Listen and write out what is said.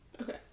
Okay